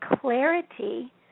clarity